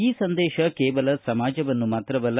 ಈ ಸಂದೇಶ ಕೇವಲ ಸಮಾಜವನ್ನು ಮಾತ್ರವಲ್ಲ